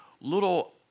little